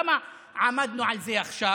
למה עמדנו על זה עכשיו?